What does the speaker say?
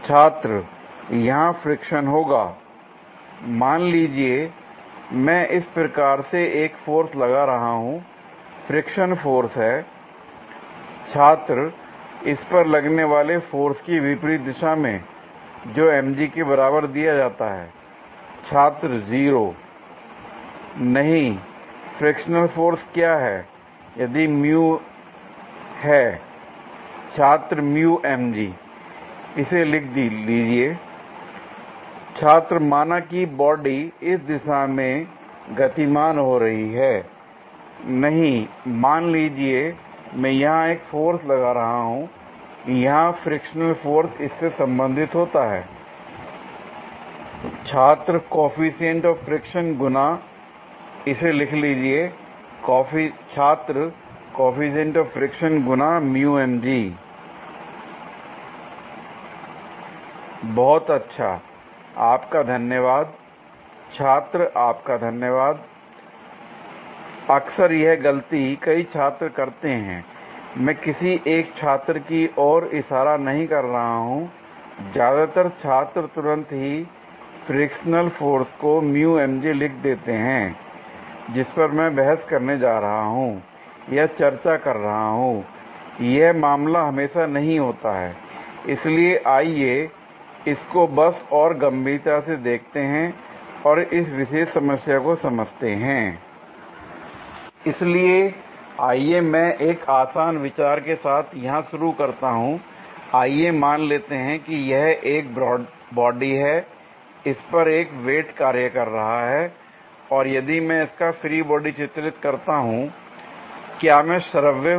छात्र यहां फ्रिक्शन होगा मान लीजिए मैं इस प्रकार से एक फोर्स लगा रहा हूं फ्रिक्शन फोर्स है l छात्र इस पर लगने वाले फोर्स की विपरीत दिशा में जो mg के बराबर दिया जाता है छात्र 0 नहीं फ्रिक्शनल फोर्स क्या है यदि है छात्र इसे लिख लीजिए छात्र माना कि बॉडी इस दिशा में गतिमान हो रही है नहीं मान लीजिए मैं यहां एक फोर्स लगा रहा हूं यहां फ्रिक्शनल फोर्स इससे संबंधित होता है छात्र कॉएफिशिएंट आफ फ्रिक्शन गुना इसे लिख लीजिए छात्र कॉएफिशिएंट आफ फ्रिक्शन गुना बहुत अच्छा आपका धन्यवाद छात्र आपका धन्यवाद l अक्सर यह गलती कई छात्र करते हैं l मैं किसी एक छात्र की ओर इशारा नहीं कर रहा हूं ज्यादातर छात्र तुरंत ही फ्रिक्शनल फोर्स को लिख देते हैं जिस पर मैं बहस करने जा रहा हूं या चर्चा कर रहा हूं यह मामला हमेशा नहीं होता है l इसलिए आइए इसको बस और गंभीरता से देखते हैं और इस विशेष समस्या को समझते हैं l इसलिए आइए मैं एक आसान विचार के साथ यहां शुरू करता हूं l आइए मान लेते हैं कि यह एक बॉडी है इस पर एक वेट कार्य कर रहा है और यदि मैं इसका फ्री बॉडी चित्रित करता हूं l क्या मैं श्रव्य हूं